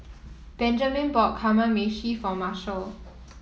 Benjman bought Kamameshi for Marshal